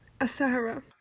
Asahara